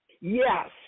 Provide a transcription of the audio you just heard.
Yes